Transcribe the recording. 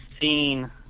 seen